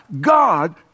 God